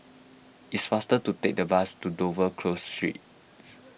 it is faster to take the bus to Dover Close Street